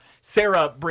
Sarah